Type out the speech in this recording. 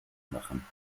machen